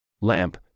Lamp